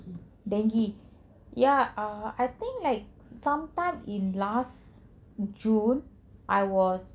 dengue ya I uh think sometime in last june I was